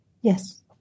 Yes